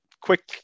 quick